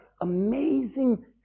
amazing